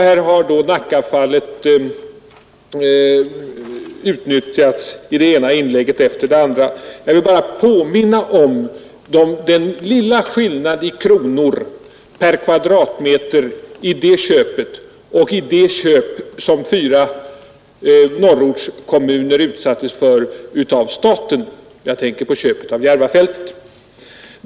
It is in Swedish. Här har Nackafallet utnyttjats i det ena inlägget efter det andra. Jag vill bara påminna om den lilla skillnaden i kronor per kvadratmeter mellan det köpet och det köp som fyra norrortskommuner gjorde från staten. Jag tänker på köpet av Järvafältet.